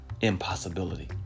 impossibility